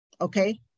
Okay